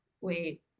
wait